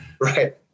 Right